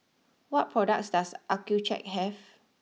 what products does Accucheck have